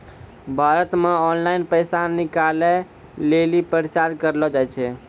भारत मे ऑनलाइन पैसा निकालै लेली प्रचार करलो जाय छै